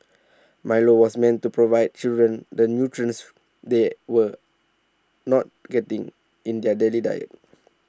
milo was meant to provide children the nutrients they were not getting in their daily diet